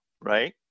right